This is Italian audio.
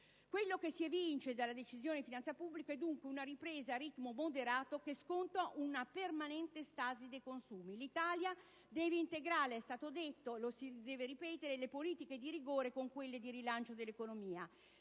Quello che si evince dalla Decisione di finanza pubblica è, dunque, una ripresa a ritmo moderato che sconta una permanente stasi dei consumi. L'Italia deve integrare - è stato detto ed occorre ripeterlo - le politiche di rigore con quelle di rilancio dell'economia.